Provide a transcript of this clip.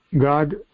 God